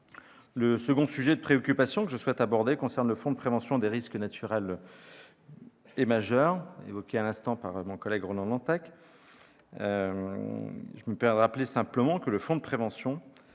Le second sujet de préoccupation que je souhaite aborder concerne le fonds de prévention des risques naturels majeurs, évoqué à l'instant par mon collègue Ronan Dantec. Je me permets de rappeler que ce fonds, dit